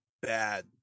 bad